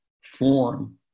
form